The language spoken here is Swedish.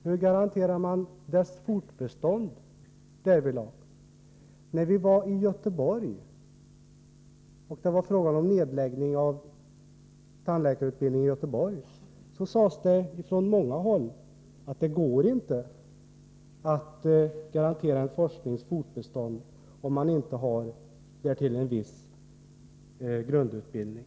Hur garanterar man dess fortbestånd därvidlag? När vi besökte Göteborg och det var fråga om nedläggning av tandläkarutbildningen där, sades det från många håll att det inte går att garantera en forsknings fortbestånd, om man inte har en viss grundutbildning.